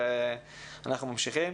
תודה.